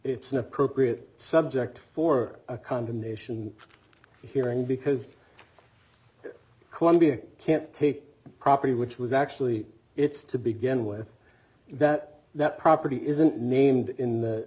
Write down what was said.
it's an appropriate subject for a condemnation hearing because colombia can't take property which was actually it's to begin with that that property isn't named in